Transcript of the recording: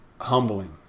humbling